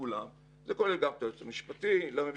כולם זה כולל גם את היועץ המשפטי לממשלה,